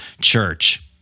church